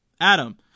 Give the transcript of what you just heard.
Adam